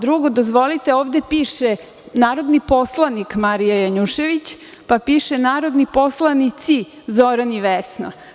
Drugo, dozvolite, ovde piše narodni poslanik Marija Janjušević, pa piše narodni poslanici Zoran i Vesna.